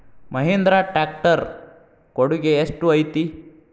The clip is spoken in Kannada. ಮಹಿಂದ್ರಾ ಟ್ಯಾಕ್ಟ್ ರ್ ಕೊಡುಗೆ ಎಷ್ಟು ಐತಿ?